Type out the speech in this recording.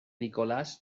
nicolás